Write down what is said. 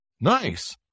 Nice